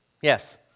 Yes